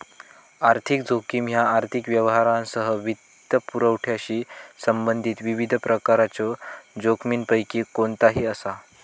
आर्थिक जोखीम ह्या आर्थिक व्यवहारांसह वित्तपुरवठ्याशी संबंधित विविध प्रकारच्यो जोखमींपैकी कोणताही असा